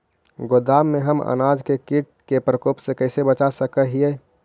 गोदाम में हम अनाज के किट के प्रकोप से कैसे बचा सक हिय?